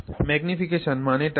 magnification মানে কি